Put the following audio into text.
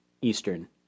eastern